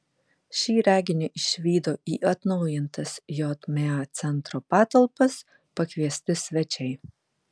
šį reginį išvydo į atnaujintas jma centro patalpas pakviesti svečiai